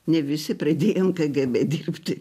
ne visi pradėjom kgb dirbti